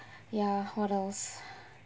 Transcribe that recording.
ya what else